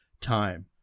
time